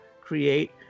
create